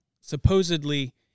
supposedly